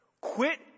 Quit